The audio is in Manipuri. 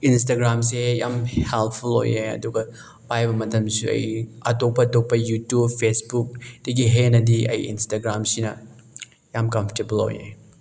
ꯏꯟꯁꯇꯒ꯭ꯔꯥꯝꯁꯦ ꯌꯥꯝ ꯍꯦꯜꯞꯐꯨꯜ ꯑꯣꯏꯌꯦ ꯑꯗꯨꯒ ꯄꯥꯏꯕ ꯃꯇꯝꯗꯁꯨ ꯑꯩ ꯑꯇꯣꯞꯄ ꯑꯇꯣꯞꯄ ꯌꯨꯇꯨꯞ ꯐꯦꯁꯕꯨꯛꯇꯒꯤ ꯍꯦꯟꯅꯗꯤ ꯑꯩ ꯏꯟꯁꯇꯒ꯭ꯔꯥꯝꯁꯤꯅ ꯌꯥꯝ ꯀꯝꯐꯣꯔꯇꯦꯕꯜ ꯑꯣꯏꯌꯦ